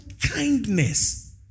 kindness